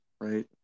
right